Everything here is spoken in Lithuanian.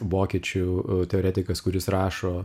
vokiečių teoretikas kuris rašo